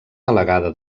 delegada